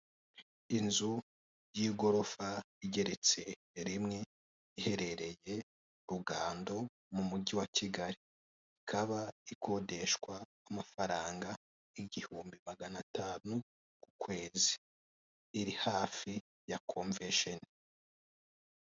Inzu y'igorofa igeretse rimwe iherereye Rugando mu mujyi wa Kigali, ikaba ikodeshwa amafaranga igihumbi magana atanu ku kwezi. Iri hafi ya comvesheni.